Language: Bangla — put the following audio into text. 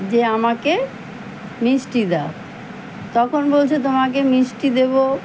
যে আমাকে মিষ্টি দাও তখন বলছো তোমাকে মিষ্টি দেবো